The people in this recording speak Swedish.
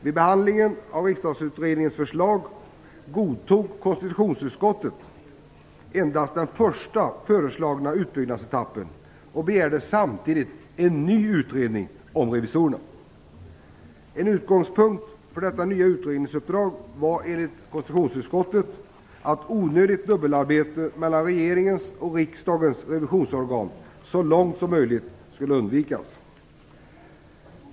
Vid behandlingen av Riksdagsutredningens förslag godtog konstitutionsutskottet endast det första föreslagna, utbyggnadsetappen, och begärde samtidigt en ny utredning av revisorerna. En utgångspunkt för detta nya utredningsuppdrag var enligt konstitutionsutskottet att onödigt dubbelarbete mellan regeringens och riksdagens revisionsorgan så långt som möjligt skulle undvikas.